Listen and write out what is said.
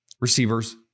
receivers